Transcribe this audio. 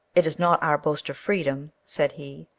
it is not our boast of freedom, said he,